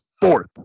fourth